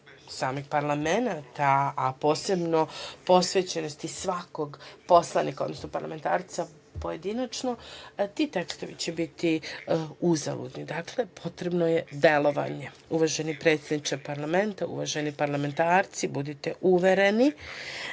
samih parlamenata, a posebno posvećenosti svakog poslanika, odnosno parlamentarca pojedinačno, ti tekstovi će biti uzaludni. Dakle, potrebno je delovanje. Uvaženi predsedniče parlamenta, uvaženi parlamentarci, budite uvereni